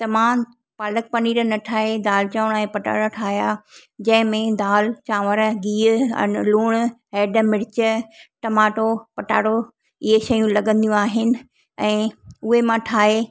त मां पालक पनीर न ठाहे दालि चांवर ऐं पटाटा ठाहियां जंहिंमें दालि चांवर गिह अने लूणु हेड मिर्च टमाटो पटाटो इहे शयूं लॻंदियूं आहिनि ऐं उहे मां ठाहे